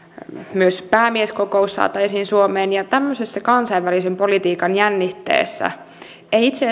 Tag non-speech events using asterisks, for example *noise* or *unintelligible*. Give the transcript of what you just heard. myös päämieskokous saataisiin suomeen ja tämmöisessä kansainvälisen politiikan jännitteessä ei itse *unintelligible*